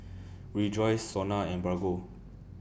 Rejoice Sona and Bargo